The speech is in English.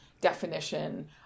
definition